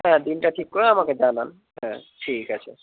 হ্যাঁ দিনটা ঠিক করে আমাকে জানান হ্যাঁ ঠিক আছে